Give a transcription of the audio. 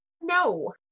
No